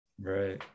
right